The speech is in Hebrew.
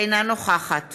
אינה נוכחת